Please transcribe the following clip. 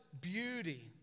beauty